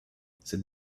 cette